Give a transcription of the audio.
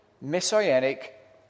messianic